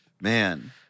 Man